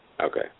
Okay